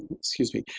excuse me.